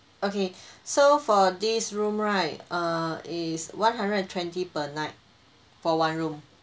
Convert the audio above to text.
okay so for this room right err is one hundred and twenty per night for one room